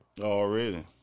Already